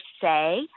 say